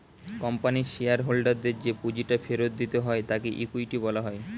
কোম্পানির শেয়ার হোল্ডারদের যে পুঁজিটা ফেরত দিতে হয় তাকে ইকুইটি বলা হয়